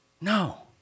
No